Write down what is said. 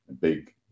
big